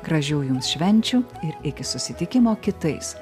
gražių jums švenčių ir iki susitikimo kitais